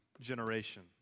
generation